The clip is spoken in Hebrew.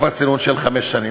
תקופת צינון של חמש שנים.